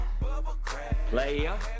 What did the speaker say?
Player